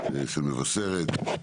של מבשרת,